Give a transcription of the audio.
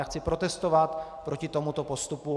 Já chci protestovat proti tomuto postupu.